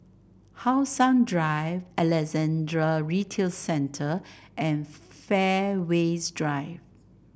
How Sun Drive Alexandra Retail Centre and Fairways Drive